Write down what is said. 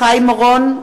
חיים אורון,